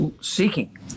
seeking